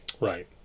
Right